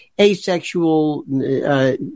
asexual